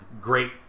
great